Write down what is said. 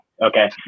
okay